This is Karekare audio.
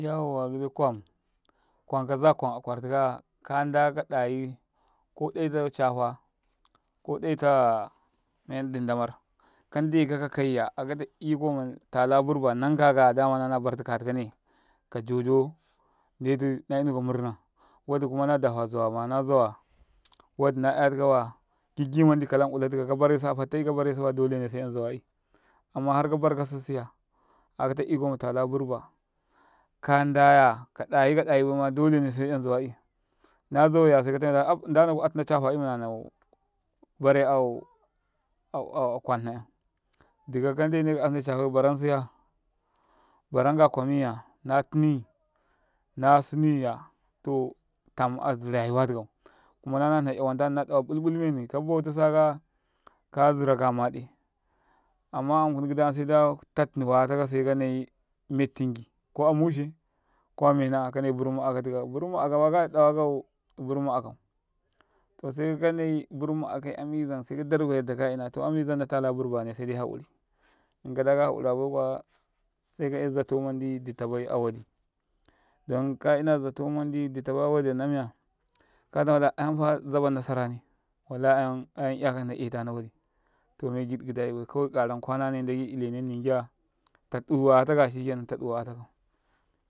﻿Yauwa giɗi kwam kwam kaza kuwam a kwartikaya ka nɗa kaɗayi ko daita cafa ko daita dindamar ka nɗeka kakayya a kata iko matala burba nankakaya dama nana bartu katikane kajojo ndetu nayu yunuka mburna, waddikuma na dafa zawama, najawa wadi na 'yatikawaya, giɗ gimandi kalan ulayikau ka kabaresu baya fittai ɗolene se yanzawa i amma har kabar kasu zuya akata iko matala burba ka nɗaya kadayi kadayi baima ɗolene se yanzawai nazawayya sai kaɗafeda af ndana ku astina cafai mana nau bare akwa hna yan dikau ka ndeneka asne cafai baransuya baranka kwamiyya na tunui nasanuyya to tam arayuwa tukau kuma na hna 'ya wanta hni na dawa bulbul meni kabautisakaya kazirau ka maɗe amma ankum ɡida yam se ɗa yaɗtini waya takau sekanai mettinki ko amu she ko amena'a kanai buruma akai zam se kaɗaruka yadda mandi ka ina to ami zanna tala burbane se ka'yay hakuri inkada ka hakura baikuwa sai ka 'yay zato mandi ditabay awadi namiya katamada ayamfa zabanna sarane wallahi ayamfa 'yakanna eta nawadi to mey giɗɡida ibay kawai karan kwanane nɗaɡe ile nen ninkiya taɗu waya takaya shikenan taɗu waya takaya shikenan taɗu wayakabe.